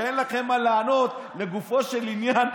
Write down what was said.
כשאין לכם מה לענות לגופו של עניין,